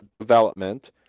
development